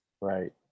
Right